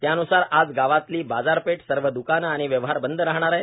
त्यान्सार आज गावतली बाजारपेठ सर्व दुकानं आणि व्यवहार बंद राहणार आहेत